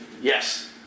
Yes